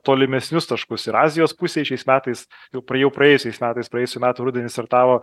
tolimesnius taškus ir azijos pusėj šiais metais jau praėjau praėjusiais metais praėjusių metų rudenį startavo